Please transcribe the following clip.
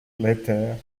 later